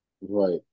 Right